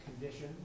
condition